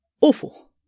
awful